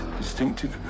distinctive